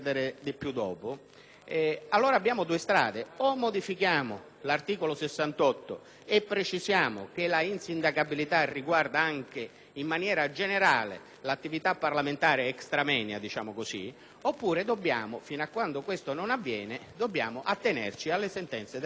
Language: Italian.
Abbiamo, dicevo, due strade: o modifichiamo l'articolo 68 e precisiamo che l'insindacabilità riguarda anche, in maniera generale, l'attività parlamentare *extra moenia*; oppure, fin quando questo non avviene, dobbiamo attenerci alle sentenze della Corte costituzionale.